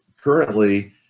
currently